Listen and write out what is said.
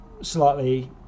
slightly